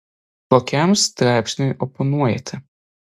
kokiam straipsniui oponuojate